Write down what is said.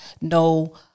no